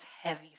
heavy